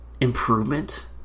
Improvement